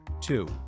Two